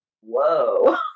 whoa